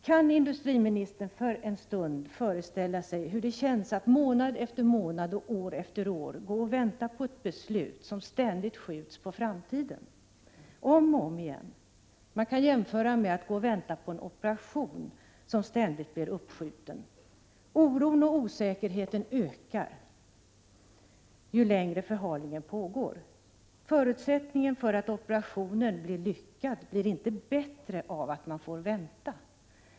Kan industriministern för en stund föreställa sig hur det känns att månad efter månad, och år efter år, gå och vänta på ett beslut som ständigt skjuts på framtiden — om och om igen? Man kan jämföra detta med att gå och vänta på en operation som ständigt blir uppskjuten. Oron och osäkerheten ökar ju längre förhalningen pågår. Förutsättningen för att operationen skall lyckas blir inte bättre av att man får vänta.